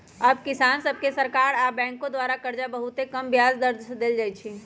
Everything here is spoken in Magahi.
अब किसान सभके सरकार आऽ बैंकों द्वारा करजा बहुते कम ब्याज पर दे देल जाइ छइ